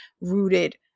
rooted